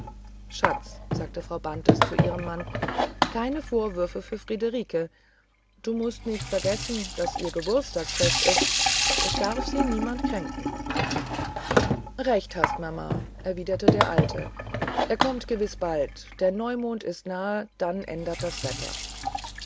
schatz sagte frau bantes zu ihrem manne keine vorwürfe für friederike du mußt nicht vergessen daß ihr geburtsfest ist es darf sie niemand kränken hast recht mama erwiderte der alte er kommt gewiß bald der neumond ist nahe dann ändert das wetter